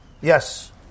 yes